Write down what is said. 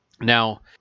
now